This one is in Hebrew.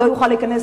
הוא לא יוכל להיכנס,